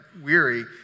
weary